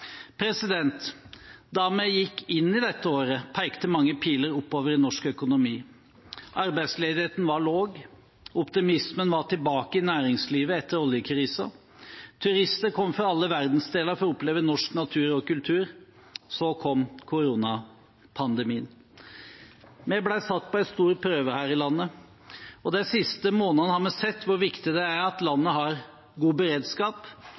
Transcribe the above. Da vi gikk inn i dette året, pekte mange piler oppover i norsk økonomi. Arbeidsledigheten var lav, og optimismen var tilbake i næringslivet etter oljekrisen. Turister kom fra alle verdensdeler for å oppleve norsk natur og kultur. Så kom koronapandemien. Vi ble satt på en stor prøve her i landet, og de siste månedene har vi sett hvor viktig det er at landet har god beredskap.